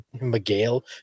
Miguel